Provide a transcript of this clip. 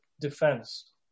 defense